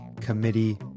committee